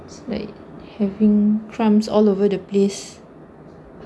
it's like having crumbs all over the place